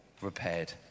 repaired